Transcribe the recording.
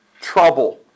trouble